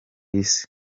isi